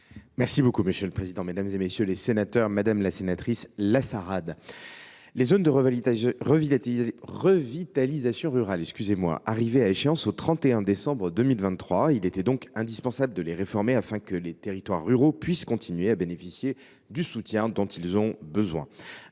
les territoires. La parole est à M. le ministre délégué. Madame la sénatrice Lassarade, les zones de revitalisation rurale arrivaient à échéance au 31 décembre 2023. Il était donc indispensable de les réformer, afin que les territoires ruraux puissent continuer à bénéficier du soutien dont ils ont besoin.